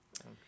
Okay